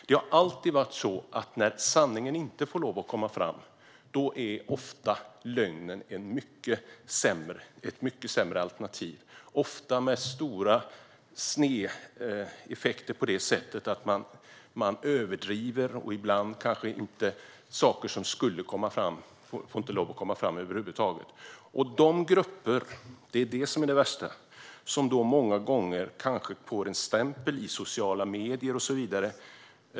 Det har alltid varit så att när sanningen inte får lov att komma fram är ofta lögnen ett mycket sämre alternativ. Det har ofta stora snedeffekter på det sättet att människor överdrivet. Ibland får kanske saker som borde komma fram inte komma fram över huvud taget. Det värsta är att grupper kanske får en stämpel i sociala medier och så vidare.